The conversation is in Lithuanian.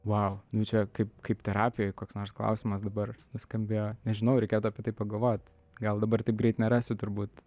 vau čia kaip kaip terapijoj koks nors klausimas dabar nuskambėjo nežinau reikėtų apie tai pagalvot gal dabar taip greit nerasiu turbūt